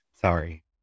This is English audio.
Sorry